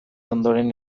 ondoren